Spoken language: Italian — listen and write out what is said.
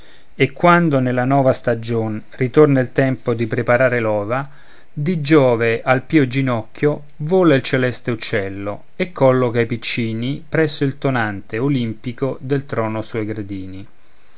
e quando nella nova stagion ritorna il tempo di preparare l'ova di giove al pio ginocchio vola il celeste uccello e colloca i piccini presso il tonante olimpico del trono sui gradini